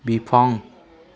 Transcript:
बिफां